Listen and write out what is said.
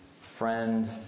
friend